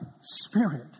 spirit